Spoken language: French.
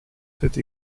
cette